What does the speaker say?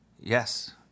Yes